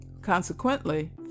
Consequently